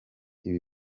ibi